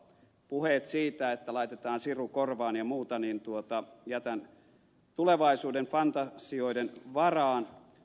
puheet siitä että laitetaan siru korvaan ja muuta jätän tulevaisuuden fantasioiden varaan